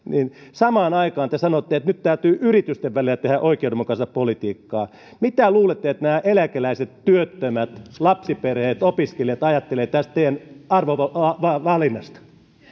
samaan aikaan te sanotte että nyt täytyy yritysten välillä tehdä oikeudenmukaista politiikkaa mitä luulette että nämä eläkeläiset työttömät lapsiperheet ja opiskelijat ajattelevat tästä teidän arvovalinnastanne